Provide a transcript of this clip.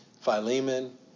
Philemon